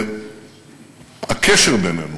והקשר בינינו